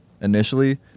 initially